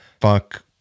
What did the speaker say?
fuck